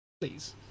please